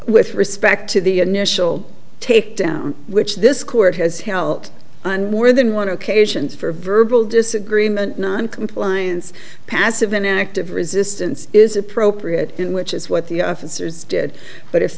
with respect to the initial takedown which this court has held on more than one occasions for verbal disagreement noncompliance passive an active resistance is appropriate in which is what the officers did but if